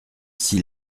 s’il